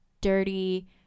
dirty